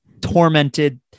tormented